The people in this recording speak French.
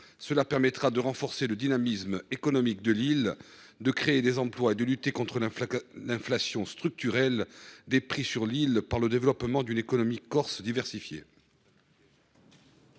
Cela permettrait de renforcer le dynamisme économique de l’île, de créer des emplois et de lutter contre l’inflation structurelle des prix sur l’île, par le développement d’une économie corse diversifiée.